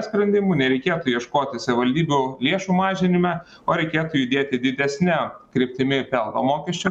sprendimų nereikėtų ieškotis savivaldybių lėšų mažinime o reikėtų judėti didesne kryptimi pelno mokesčio